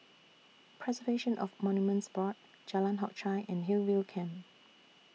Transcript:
Preservation of Monuments Board Jalan Hock Chye and Hillview Camp